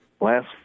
last